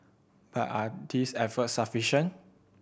but are these efforts sufficient